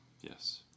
Yes